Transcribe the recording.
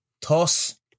toss